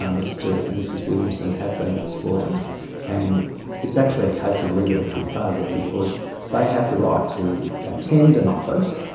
um mr and mrs williamson have been exploited and it's actually a case of regulatory failure because they have the right to attend an office,